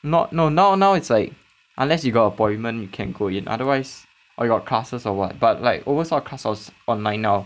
not no now now it's like unless you got appointment you can go in otherwise or you got classes or what but like almost all the classes online now